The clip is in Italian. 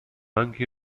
anche